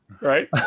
Right